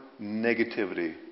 negativity